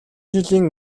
жилийн